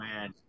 man